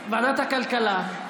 ועדת הכלכלה.